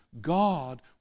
God